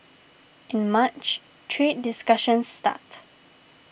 in March trade discussions start